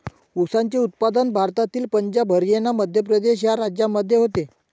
ऊसाचे उत्पादन भारतातील पंजाब हरियाणा मध्य प्रदेश या राज्यांमध्ये होते